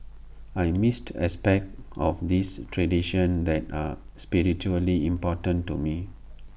I missed aspects of these traditions that are spiritually important to me